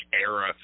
era